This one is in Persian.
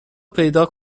پیدا